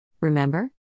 Remember